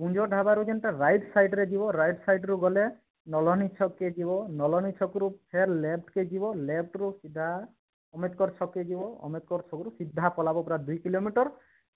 କୁଞ୍ଜ ଢାବାରୁ ଯେନ୍ତା ରାଇଟ୍ ସାଇଡ଼୍ରେ ଯିବ ରାଇଟ୍ ସାଇଡ଼୍ରୁ ଗଲେ ନଳନି ଛକ୍କେ ଯିବ ନଳନି ଛକରୁ ଫେର୍ ଲେଫ୍ଟକେ ଯିବ ଲେଫ୍ଟରୁ ସିଧା ଅମ୍ବେଦକର ଛକ୍କେ ଯିବ ଆମ୍ବେଦକର ଛକ୍ରୁ ସିଧା ପଲାବ ପୁରା ଦୁଇ କିଲୋମିଟର